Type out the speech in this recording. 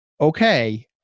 okay